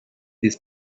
this